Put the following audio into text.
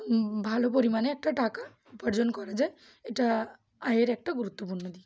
ভালো পরিমাণে একটা টাকা উপার্জন করা যায় এটা আয়ের একটা গুরুত্বপূর্ণ দিক